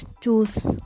choose